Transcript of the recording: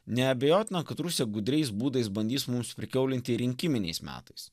neabejotina kad rusija gudriais būdais bandys mums prikiaulinti rinkiminiais metais